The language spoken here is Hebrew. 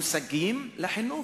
מושגים בחינוך,